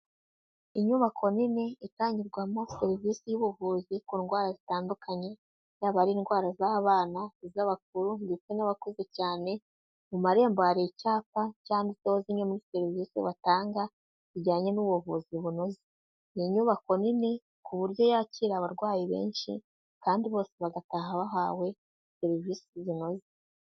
Inyubako nini itangirwamo serivisi y'ubuvuzi ku ndwara zitandukanye, yaba ari indwara z'abana, iz'abakuru, ndetse n'abakuze cyane, mu marembo hari icyapa cyanditseho zimwe muri serivisi batanga zijyanye n'ubuvuzi bunoze, ni inyubako nini ku buryo yakira abarwayi benshi kandi bose bagataha bahawe serivisi zinoze.